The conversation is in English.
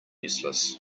useless